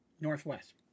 northwest